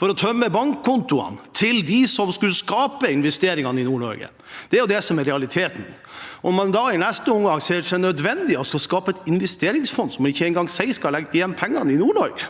for å tømme bankkontoen til dem som skulle skape investeringene i Nord-Norge. Det er jo det som er realiteten. Om man da i neste omgang ser det nødvendig å skape et investeringsfond som ikke engang skal legge igjen pengene i Nord-Norge,